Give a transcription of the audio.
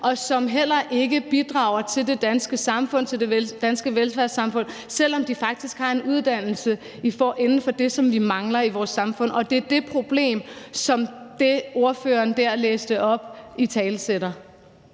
og som heller ikke bidrager til det danske velfærdssamfund, selv om de faktisk har en uddannelse inden for det, som vi mangler i vores samfund. Og det er det problem, spørgeren læste op, italesætter.